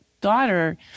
daughter